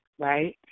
Right